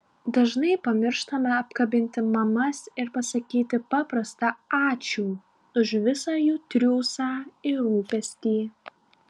dažnai pamirštame apkabinti mamas ir pasakyti paprastą ačiū už visą jų triūsą ir rūpestį